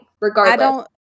Regardless